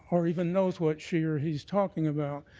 or even knows what she or he is talking about.